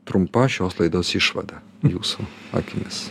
trumpa šios laidos išvada jūsų akimis